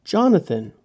Jonathan